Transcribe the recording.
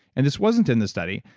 and this wasn't in the study.